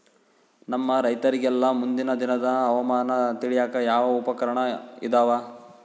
ನಮ್ಮ ರೈತರಿಗೆಲ್ಲಾ ಮುಂದಿನ ದಿನದ ಹವಾಮಾನ ತಿಳಿಯಾಕ ಯಾವ ಉಪಕರಣಗಳು ಇದಾವ?